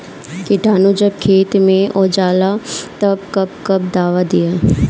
किटानु जब खेत मे होजाला तब कब कब दावा दिया?